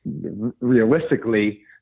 realistically